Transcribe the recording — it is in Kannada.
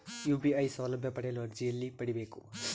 ಯು.ಪಿ.ಐ ಸೌಲಭ್ಯ ಪಡೆಯಲು ಅರ್ಜಿ ಎಲ್ಲಿ ಪಡಿಬೇಕು?